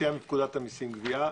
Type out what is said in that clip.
יציאה מפקודת המיסים גבייה.